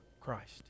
Christ